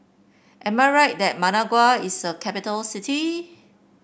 am I right that Managua is a capital city